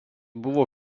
buvo